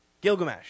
Gilgamesh